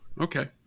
Okay